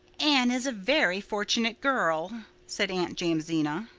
anne is a very fortunate girl, said aunt jamesina.